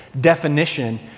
definition